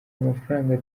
amafaranga